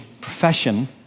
profession